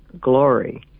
glory